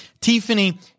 Tiffany